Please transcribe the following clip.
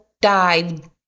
dive